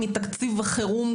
מתקציב החירום,